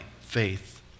faith